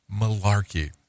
Malarkey